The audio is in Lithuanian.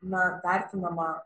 na vertinama